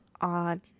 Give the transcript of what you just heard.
on